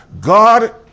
God